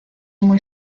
muy